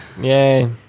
Yay